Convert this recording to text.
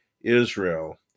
Israel